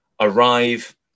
arrive